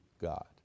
God